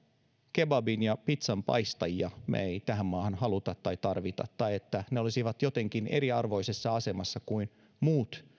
kebabin ja pitsanpaistajia ei tähän maahan haluta tai tarvita tai että he olisivat jotenkin eriarvoisessa asemassa kuin muut